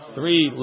Three